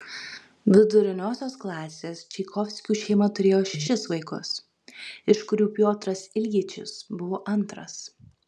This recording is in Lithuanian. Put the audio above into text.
viduriniosios klasės čaikovskių šeima turėjo šešis vaikus iš kurių piotras iljičius buvo antras